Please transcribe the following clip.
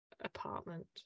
apartment